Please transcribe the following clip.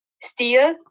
Steel